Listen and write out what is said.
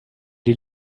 die